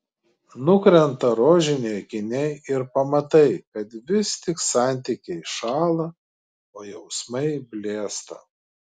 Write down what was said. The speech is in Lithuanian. nukrenta rožiniai akiniai ir pamatai kad vis tik santykiai šąla o jausmai blėsta